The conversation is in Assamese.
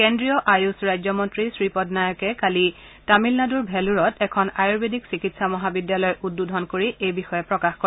কেন্দ্ৰীয় আয়ুষ ৰাজ্যমন্ত্ৰী শ্ৰীপদ নাইকে কালি তামিলনাডুৰ ভেলোৰত এখন আয়ুৰ্বেদিক চিকিৎসা মহাবিদ্যালয় উদ্বোধন কৰি এই বিষয়ে প্ৰকাশ কৰে